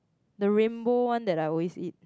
the rainbow one that I always eat